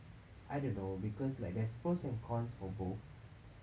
I don't know because like there's pros and cons for both